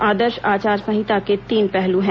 आदर्श आचार संहिता के तीन पहलू है